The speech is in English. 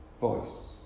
voice